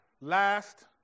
Last